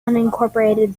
unincorporated